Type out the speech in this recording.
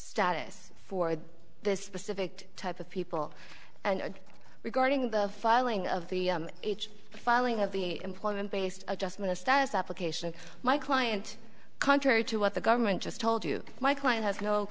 status for the specific type of people and regarding the filing of the filing of the employment based adjustment of status application my client contrary to what the government just told you my client has no